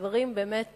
דברים באמת